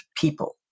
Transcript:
people